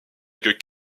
avec